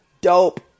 Dope